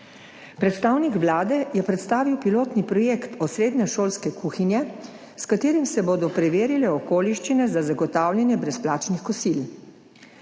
Predstavnik Vlade je predstavil pilotni projekt osrednje šolske kuhinje, s katerim se bodo preverile okoliščine za zagotavljanje brezplačnih kosil.